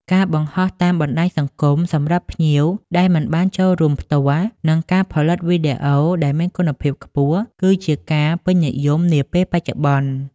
ការបង្ហោះតាមបណ្តាញសង្គមសម្រាប់ភ្ញៀវដែលមិនបានចូលរួមផ្ទាល់ និងការផលិត វីដេអូ ដែលមានគុណភាពខ្ពស់ គឺជាការពេញនិយមនាពេលបច្ចុប្បន្ន ។